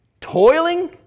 toiling